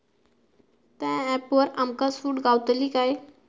त्या ऍपवर आमका सूट गावतली काय?